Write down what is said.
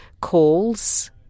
calls